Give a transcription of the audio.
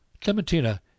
Clementina